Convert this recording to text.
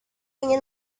ingin